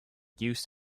used